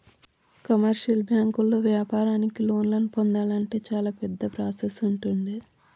commercial బ్యాంకుల్లో వ్యాపారానికి లోన్లను పొందాలంటే చాలా పెద్ద ప్రాసెస్ ఉంటుండే